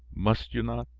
must you not?